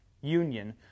union